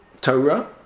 Torah